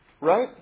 right